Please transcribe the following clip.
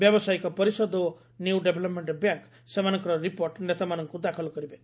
ବ୍ୟବସାୟିକ ପରିଷଦ ଓ ନିଉ ଡେଭଲପମେଣ୍ଟ ବ୍ୟାଙ୍କ ସେମାନଙ୍କର ରିପୋର୍ଟ ନେତାମାନଙ୍କୁ ଦାଖଲ କରିବେ